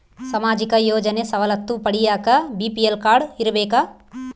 ಸಾಮಾಜಿಕ ಯೋಜನೆ ಸವಲತ್ತು ಪಡಿಯಾಕ ಬಿ.ಪಿ.ಎಲ್ ಕಾಡ್೯ ಇರಬೇಕಾ?